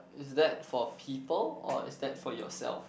is that for people or is that for yourself